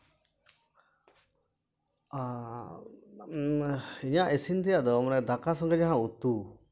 ᱤᱧᱟᱹᱜ ᱤᱥᱤᱱ ᱛᱮᱭᱟᱜ ᱫᱚ ᱢᱟᱱᱮ ᱫᱟᱠᱟ ᱥᱚᱸᱜᱮ ᱡᱟᱦᱟᱸ ᱩᱛᱩ